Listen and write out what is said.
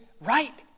right